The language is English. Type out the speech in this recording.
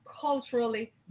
culturally